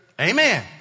Amen